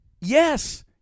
Yes